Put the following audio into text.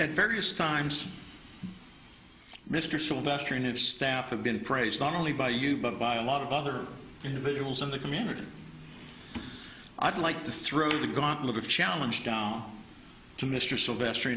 at various times mr sylvester and its staff have been praised not only by you but by a lot of other individuals in the community i'd like to throw the gauntlet of challenge down to mr sylvester